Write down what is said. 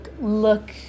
look